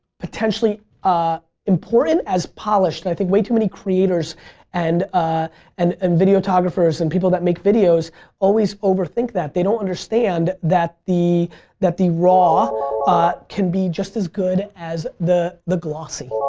potentially ah important as polished. i think way too many creators and ah and and videographers and people that make videos always overthink that. they don't understand that the that the raw can be just as good as the the glossy.